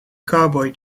cowboy